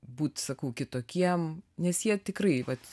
būt sakau kitokiem nes jie tikrai vat